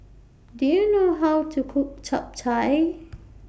Do YOU know How to Cook Chap Chai